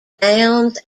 downs